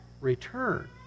return